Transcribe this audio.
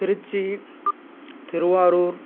Trichy Thiruvarur